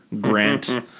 Grant